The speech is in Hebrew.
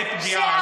זה פגיעה.